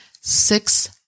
six